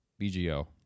bgo